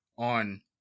on